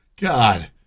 God